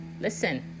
Listen